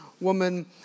woman